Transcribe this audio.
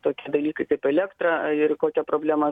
tokie dalykai kaip elektra ir kokią problemą